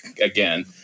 again